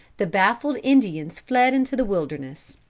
the baffled indians fled into the wilderness.